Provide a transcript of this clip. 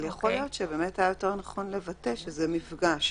יכול להיות שהיה יותר נכון לבטא שזה מפגש,